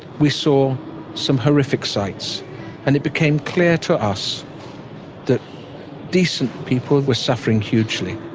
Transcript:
we saw some horrific sights and it became clear to us that decent people were suffering hugely.